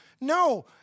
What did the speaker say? no